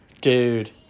dude